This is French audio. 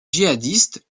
djihadistes